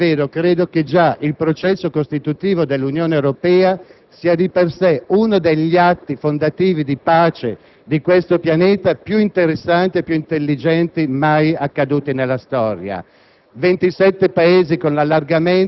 Sulla pace non mi soffermo, perché davvero credo che già il processo costitutivo dell'Unione Europea sia di per sé uno degli atti fondativi di pace di questo pianeta più interessante e più intelligente mai verificatosi nella storia.